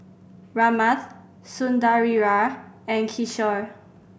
Ramnath Sundaraiah and Kishore